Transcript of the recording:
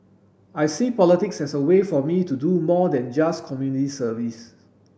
I see politics as a way for me to do more than just community service